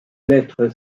lettres